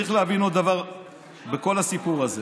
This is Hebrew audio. צריך להבין עוד דבר בכל הסיפור הזה.